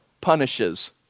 punishes